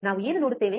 ನಾವು ಏನು ನೋಡುತ್ತೇವೆ